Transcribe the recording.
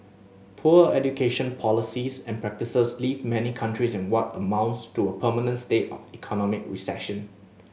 poor education policies and practices leave many countries in what amounts to a permanent state of economic recession